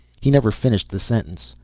he never finished the sentence.